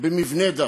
במבני דת,